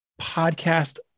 podcast